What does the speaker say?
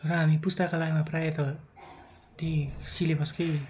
र हामी पुस्तकालयमा प्रायः त त्यही सिलेबसकै